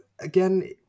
again